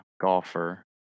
golfer